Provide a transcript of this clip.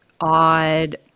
odd